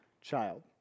child